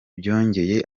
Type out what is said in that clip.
byongeye